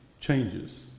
changes